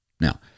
Now